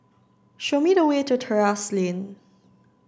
show me the way to Terrasse Lane